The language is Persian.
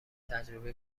تجربه